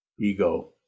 ego